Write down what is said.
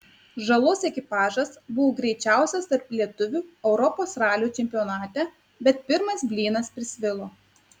žalos ekipažas buvo greičiausias tarp lietuvių europos ralio čempionate bet pirmas blynas prisvilo